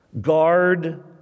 guard